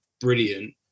brilliant